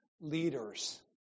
leaders